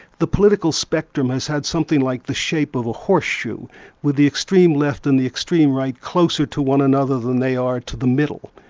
the political spectrum has had something like the shape of a horseshoe with the extreme left and the extreme right closer to one another than they are to the middle.